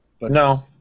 No